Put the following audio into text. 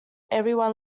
everyone